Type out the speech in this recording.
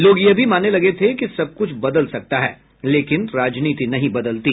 लोग यह भी मानने लगे थे कि सबक्छ बदल सकता है लेकिन राजनीति नहीं बदलती